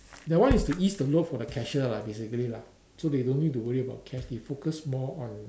that one is to ease the load for the cashier lah basically lah so they don't need to worry about cash they focus more on